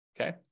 okay